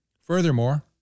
Furthermore